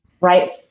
right